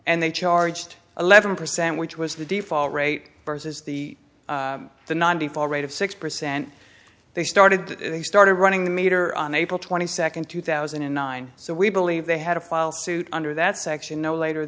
and they charged eleven percent which was the default rate versus the the ninety four rate of six percent they started they started running the meter on april twenty second two thousand and nine so we believe they had to file suit under that section no later